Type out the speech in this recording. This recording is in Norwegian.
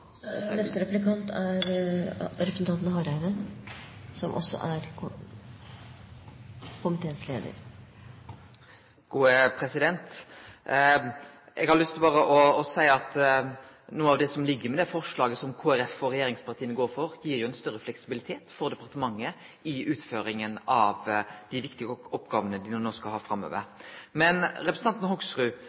Eg har lyst til å seie at noko av det som ligg i det forslaget som Kristeleg Folkeparti og regjeringspartia går for, gir ein større fleksibilitet for departementet i utføringa av dei viktige oppgåvene dei no skal ha framover. Representanten Hoksrud